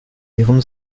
ihrem